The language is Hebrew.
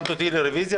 הישיבה